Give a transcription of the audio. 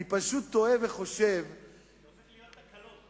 אני פשוט תוהה וחושב, זה הופך להיות תקלון.